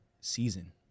season